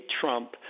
Trump